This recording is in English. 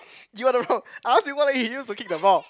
you are the problem I ask you what leg he use to kick the ball